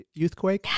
Youthquake